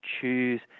choose